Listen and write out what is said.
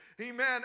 Amen